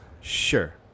Sure